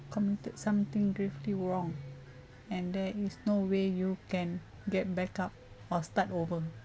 committed something gravely wrong and there is no way you can get back up or start over